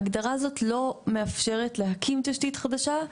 ההגדרה הזאת לא מאפשרת להקים תשתית חדשה,